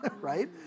Right